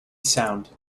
sound